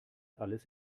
alles